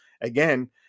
again